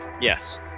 Yes